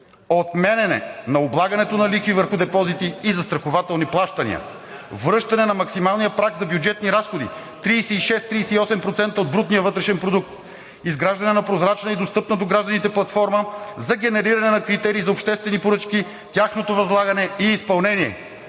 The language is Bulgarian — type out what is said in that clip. отменяне на облагането на лихви върху депозити и застрахователни плащания; връщане на максималния праг за бюджетни разходи – 36 – 38% от брутния вътрешен продукт; изграждане на прозрачна и достъпна до гражданите платформа за генериране на критерии за обществени поръчки, тяхното възлагане и изпълнение;